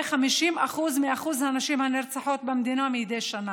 50% משיעור הנשים הנרצחות במדינה מדי שנה.